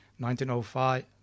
1905